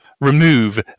remove